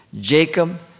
Jacob